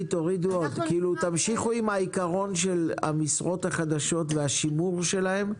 תמשיכו עם העיקרון של המשרות החדשות והשימור שלהם,